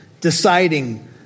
deciding